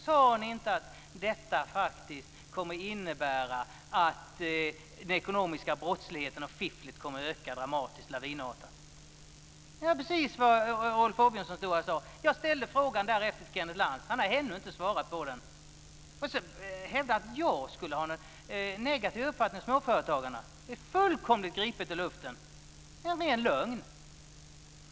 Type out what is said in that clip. Sade ni inte att detta faktiskt kommer att innebära att den ekonomiska brottsligheten och fifflet kommer att öka lavinartat? Det var precis vad Rolf Åbjörnsson stod här och sade. Jag ställde därefter frågan till Kenneth Lantz. Han har ännu inte svarat på den. Sedan hävdar han att jag skulle ha någon negativ uppfattning om småföretagarna. Det är fullkomligt gripet ur luften. Det är en ren lögn.